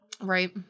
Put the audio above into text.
Right